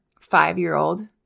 five-year-old